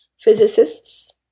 physicists